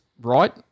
right